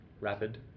rapid